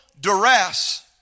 duress